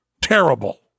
terrible